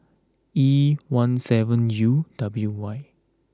E one seven U W Y